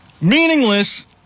Meaningless